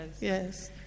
Yes